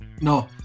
no